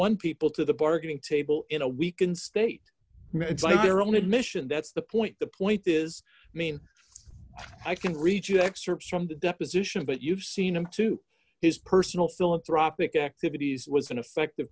one people to the bargaining table in a weakened state like their own admission that's the point the point is i mean i can reach you excerpts from the deposition but you've seen him to his personal philanthropic activities was in effect